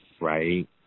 right